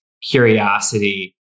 curiosity